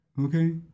okay